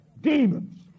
demons